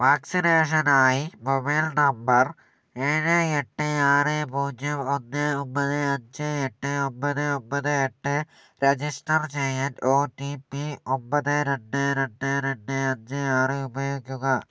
വാക്സിനേഷനായി mobile number ഏഴ് എട്ട് ആറ് പൂജ്യം ഒന്ന് ഒമ്പത് അഞ്ച് എട്ട് ഒമ്പത് ഒമ്പത് എട്ട് രജിസ്റ്റർ ചെയ്യാൻ ഒ ടി പി ഒമ്പത് രണ്ട് രണ്ട് രണ്ട് അഞ്ച് ആറ് ഉപയോഗിക്കുക